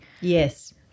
Yes